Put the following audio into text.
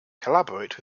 collaborate